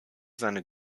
seine